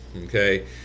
Okay